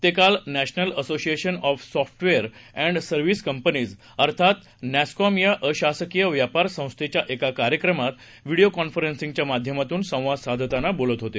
ते काल national association of software and service companies अर्थाच नॅस्कॉम या अशासकीय व्यापार संस्थेच्या एका कार्यक्रमात व्हिडीओ कॉन्फरन्सिंगच्या माध्यमातून संवाद साधताना बोलत होते